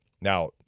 Now